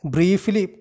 Briefly